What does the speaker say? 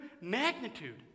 magnitude